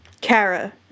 Kara